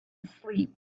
asleep